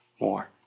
more